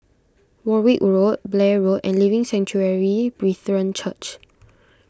Warwick Road Blair Road and Living Sanctuary Brethren Church